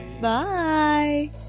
Bye